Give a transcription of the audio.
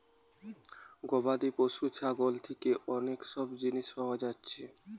গবাদি পশু ছাগল থিকে অনেক সব জিনিস পায়া যাচ্ছে